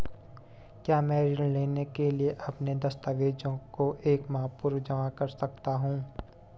क्या मैं ऋण लेने के लिए अपने दस्तावेज़ों को एक माह पूर्व जमा कर सकता हूँ?